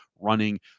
running